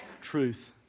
truth